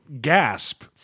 gasp